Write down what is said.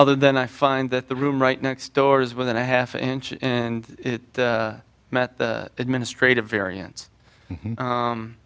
other than i find that the room right next door is within a half inch and it met the administrative variance